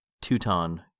Teuton